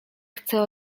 chce